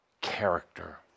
character